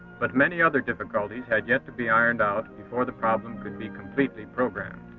but many other difficulties had yet to be ironed out before the problem could be completely programmed.